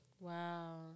Wow